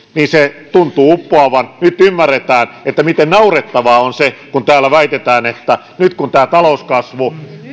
tuntuu uppoavan nyt ymmärretään miten naurettavaa on se kun täällä väitetään että nyt kun tämä talouskasvu